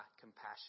compassion